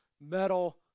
metal